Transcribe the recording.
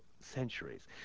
centuries